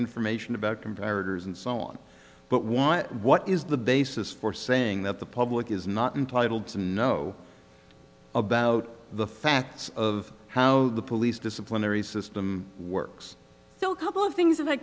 information about comparative and so on but what what is the basis for saying that the public is not entitled to know about the facts of how the police disciplinary system works so couple of things